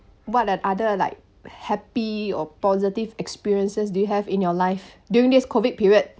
what the other like happy or positive experiences do you have in your life during this COVID period